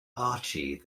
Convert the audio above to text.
archie